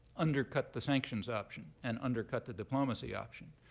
undercut the sanctions option and undercut the diplomacy option.